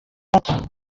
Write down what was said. gatandatu